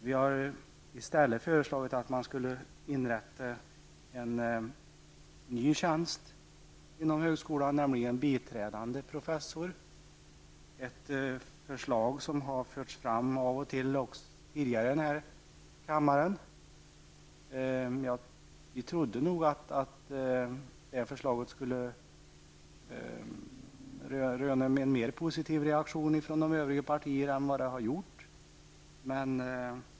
Vi har i stället föreslagit att man skulle inrätta en ny tjänst inom högskolan, nämligen biträdande professor. Detta förslag har av och till förts fram tidigare i denna kammare. Vi trodde nog att det här förslaget skulle få en mer positiv reaktion från de övriga partierna än vad som blivit fallet.